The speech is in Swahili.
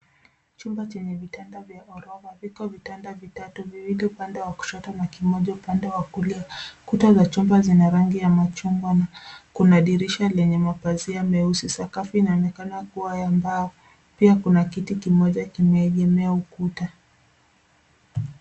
Chumba chenye vitanda vya ghorofa viko vitanda vitatu vilivyo upande wa kushoto na kimoja upande wa kulia. Kuta za chumba ina rangi machungwa na kuna dirisha lenye mapazia meusi. Sakafu inaonekana kuwa ya mbao pia kuna kiti kimoja kimeegemea ukuta.